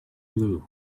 glue